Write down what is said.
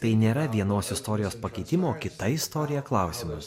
tai nėra vienos istorijos pakeitimo kita istorija klausimas